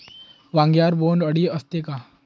वांग्यावर बोंडअळी असते का?